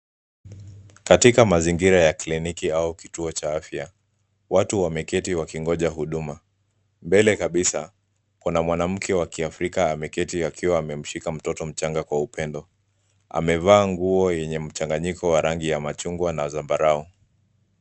Katika mazingira ya kliniki au kituo cha afya. Watu wameketi wakingoja huduma. Mbele kabisa kuna mwanamke wa kiafrika ameketi akiwa amemshika mtoto mchanga kwa upendo. Amevaa nguo yenye mchanganyiko wa rangi za machungwa na zambarau.